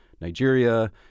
Nigeria